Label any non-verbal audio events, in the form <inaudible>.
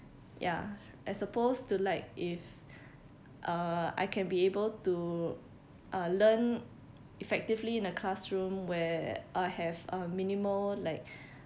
ya as opposed to like if <breath> uh I can be able to uh learn effectively in a classroom where I have uh minimal like